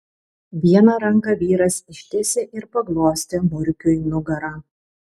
vieną ranką vyras ištiesė ir paglostė murkiui nugarą